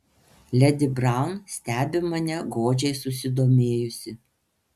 ledi braun stebi mane godžiai susidomėjusi